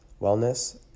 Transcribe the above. wellness